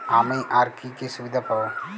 আমি আর কি কি সুবিধা পাব?